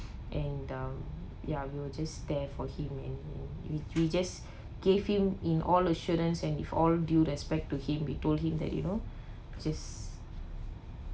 and um ya we were just there for him and we we just gave him in all assurance and with all due respect to him we told him that you know just